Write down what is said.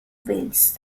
wales